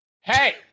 Hey